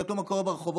תסתכלו מה קורה ברחובות.